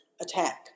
attack